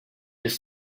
this